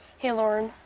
hey, lauren.